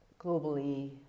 globally